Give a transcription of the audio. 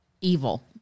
evil